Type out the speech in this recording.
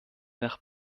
nach